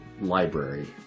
library